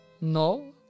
No